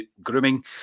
grooming